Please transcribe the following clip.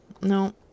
No